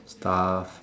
stuff